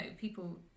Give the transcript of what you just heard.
people